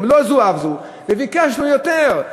לא זו אף זו, ביקשנו יותר,